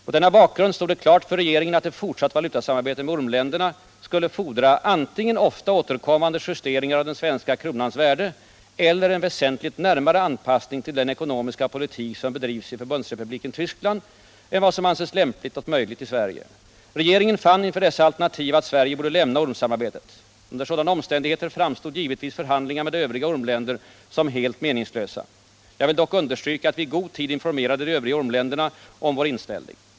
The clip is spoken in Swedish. Mot denna bakgrund stod det klart för regeringen att ett fortsatt valutasamarbete med ormländerna skulle fordra antingen ofta återkommande justeringar av den svenska kronans värde eller en väsentligt närmare anpassning till den ekonomiska politik som bedrivs i Förbundsrepubliken Tyskland än vad som ansetts lämpligt och möjligt i Sverige. Regeringen fann inför dessa alternativ att Sverige borde lämna ormsamarbetet. Under sådana omständigheter framstod givetvis förhandlingar med de övriga ormländerna som helt meningslösa. Jag vill dock understryka att vi i god tid informerade de övriga ormländerna om vår inställning.